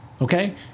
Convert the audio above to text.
okay